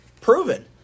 proven